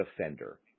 Offender